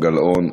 גלאון,